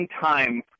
time